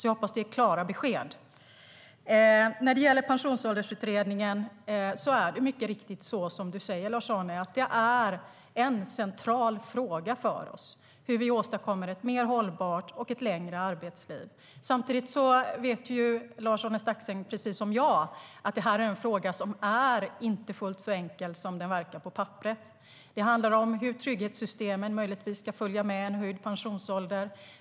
Jag hoppas att det är klara besked. När det gäller Pensionsåldersutredningen är det mycket riktigt så som du säger, Lars-Arne. Det är en central fråga för oss hur vi åstadkommer ett mer hållbart och längre arbetsliv. Samtidigt vet ju Lars-Arne Staxäng precis som jag att det är en fråga som inte är fullt så enkel som den verkar på papperet. Det handlar om hur trygghetssystemen möjligtvis ska följa med en höjd pensionsålder.